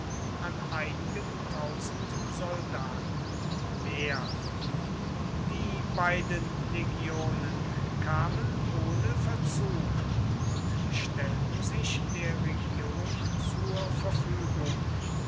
an einigen tausend soldaten mehr die beiden legionen kamen ohne verzug und stellten sich der regierung zur verfügung